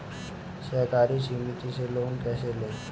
सहकारी समिति से लोन कैसे लें?